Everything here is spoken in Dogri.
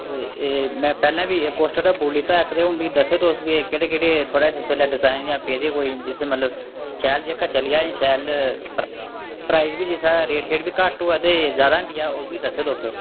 ते एह् में पैह्लें बी कोस्टर दा बूट लैता इक ते हून मी दस्सो तुस भी केह्ड़े केह्ड़े थुआढ़े कश इस बेल्लै डिजाइन ऐ पेदे कोई जिसी मतलब शैल जेह्का चली जा शैल नेहां प्राइस बी जेह्दा रेट शेट बी घट्ट होए ते जैदा हंडी जा ओह् मी दस्सेओ तुस